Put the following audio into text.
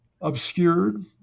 obscured